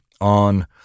on